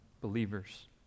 believers